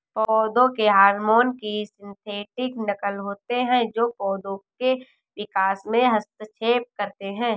पौधों के हार्मोन की सिंथेटिक नक़ल होते है जो पोधो के विकास में हस्तक्षेप करते है